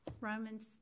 Romans